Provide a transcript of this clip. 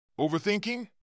Overthinking